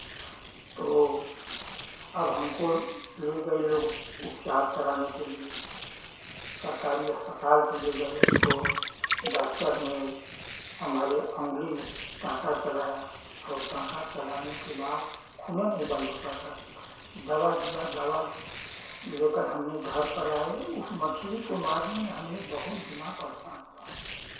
तो अब हमको ले गये लोग उपचार कराने के लिये सरकारी अस्पताल पर ले गये तो डॉक्टर नें हमारे उंगली में टांका चलाया और टांका चलाने के बाद खूनें नहीं बंद होता था दवा दिया दवा लेकर हमने घर पर आये उस मछली को मारने में हमने बहुत दिना परेशान हुआ